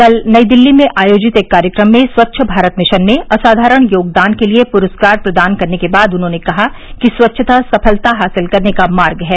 कल नई दिल्ली में आयोजित एक कार्यक्रम में स्वच्छ भारत मिशन में असाधारण योगदान के लिए पुरस्कार प्रदान करने के बाद उन्होंने कहा कि स्वच्छता सफलता हासिल करने का मार्ग है